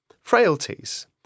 frailties